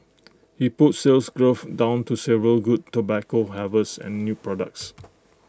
he put Sales Growth down to several good tobacco harvests and new products